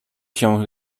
się